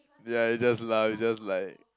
yeah you just laugh you just like